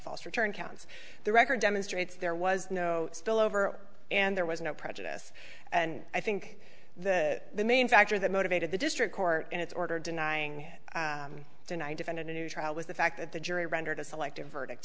false return counts the record demonstrates there was no spillover and there was no prejudice and i think that the main factor that motivated the district court in its order denying deny defendant a new trial was the fact that the jury rendered a selective verdict